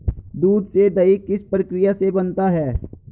दूध से दही किस प्रक्रिया से बनता है?